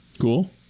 cool